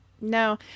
No